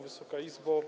Wysoka Izbo!